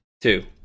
two